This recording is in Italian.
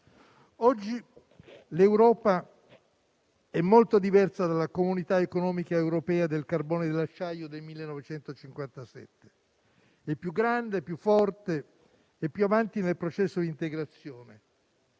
Oggi l'Europa è molto diversa dalla Comunità economica europea del carbone e dell'acciaio del 1957; è più grande, più forte e più avanti nel processo di integrazione.